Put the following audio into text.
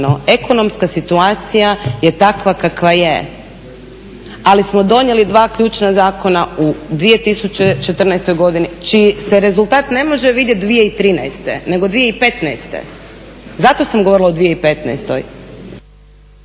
Ekonomska situacija je takva kakva je ali smo donijeli dva ključna zakona u 2014. godini čiji se rezultat ne može vidjeti 2013. nego 2015. Zato sam govorila o 2015.